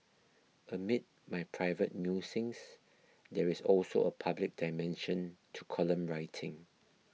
amid my private musings there is also a public dimension to column writing